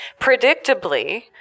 predictably